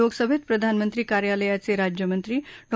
लोकसभेत प्रधानमंत्री कार्यालयाचे राज्यमंत्री डॉ